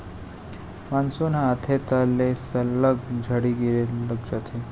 monsoon ह आथे तहॉं ले सल्लग झड़ी गिरे लग जाथे